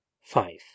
five